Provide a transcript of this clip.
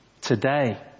Today